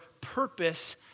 purpose